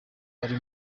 uri